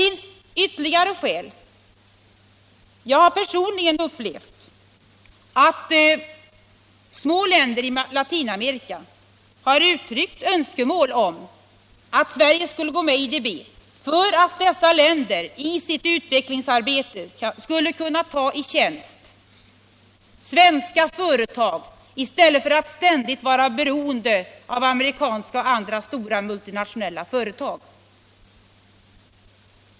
Dessutom har jag personligen upplevt att små länder i Latinamerika uttryckt önskemål om att Sverige skulle gå med i IDB, för att dessa länder i sitt utvecklingsarbete skulle kunna ta i tjänst svenska företag i stället för att ständigt vara beroende av amerikanska och andra stora multinationella företag.